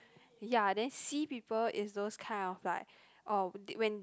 ya then C people is those kind of like orh when